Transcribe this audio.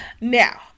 Now